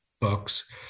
books